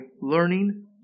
learning